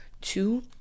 Two